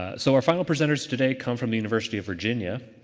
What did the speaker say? ah so, our final presenters today come from the university of virginia.